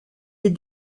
est